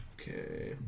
Okay